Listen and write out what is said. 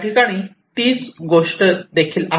ठिकाणी देखील तीच गोष्ट आहे